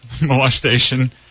molestation